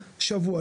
שבוע.